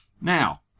Now